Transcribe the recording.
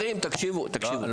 אני